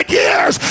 years